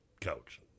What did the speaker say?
coach